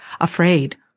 afraid